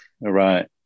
Right